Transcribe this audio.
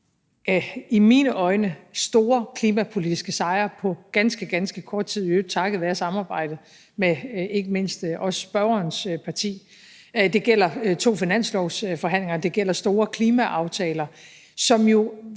i mine øjne nået store klimapolitiske sejre på ganske, ganske kort tid – i øvrigt takket være samarbejdet med ikke mindst spørgerens parti. Det gælder to finanslovsforhandlinger, det gælder store klimaaftaler, som jo